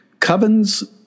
covens